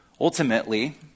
Ultimately